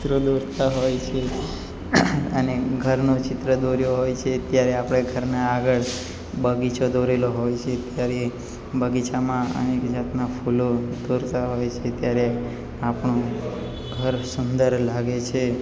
ચિત્રો દોરતા હોઈ છે અને ઘરનો ચિત્ર દોર્યો હોય છે ત્યારે આપણે ઘરના આગળ બગીચો દોરેલો હોય છે ત્યારે બગીચામાં અનેક જાતનાં ફૂલો દોરતા હોય છે ત્યારે આપણું ઘર સુંદર લાગે છે